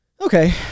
Okay